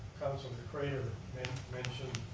councillor craitor mentioned